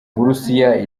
burusiya